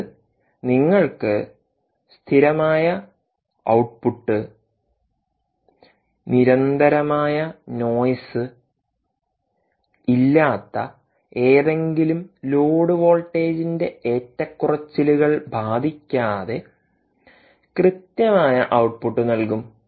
അത് നിങ്ങൾക്ക് സ്ഥിരമായ ഔട്ട്പുട്ട് നിരന്തരമായ നോയ്സ് ഇല്ലാത്ത ഏതെങ്കിലും ലോഡ് വോൾട്ടേജിന്റെ ഏറ്റക്കുറച്ചിലുകൾ ബാധിക്കാതെകൃത്യമായ ഔട്ട്പുട്ട് നൽകും